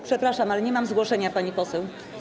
Przepraszam, ale nie mam zgłoszenia, pani poseł.